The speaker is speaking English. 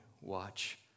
watch